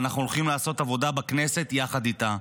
ואנחנו הולכים לעשות עבודה בכנסת יחד איתה.